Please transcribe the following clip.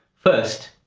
first,